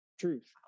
truth